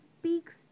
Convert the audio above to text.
speaks